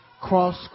Cross